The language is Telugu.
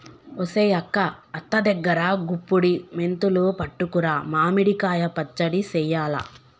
ఒసెయ్ అక్క అత్త దగ్గరా గుప్పుడి మెంతులు పట్టుకురా మామిడి కాయ పచ్చడి సెయ్యాల